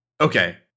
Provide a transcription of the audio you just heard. Okay